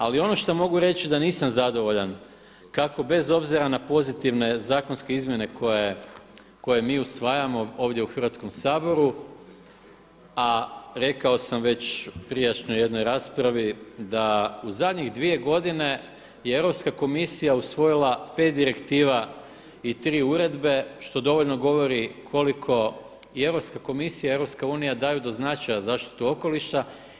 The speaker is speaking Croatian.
Ali ono šta mogu reći da nisam zadovoljan kako bez obzira na pozitivne zakonske izmjene koje mi usvajamo ovdje u Hrvatskom saboru, a rekao sam već u prijašnjoj jednoj raspravi da u zadnjih dvije godine je Europska komisija usvojila 5 direktiva i 3 uredbe što dovoljno govori koliko i Europska komisija i Europska unija daju do značaja zaštiti okoliša.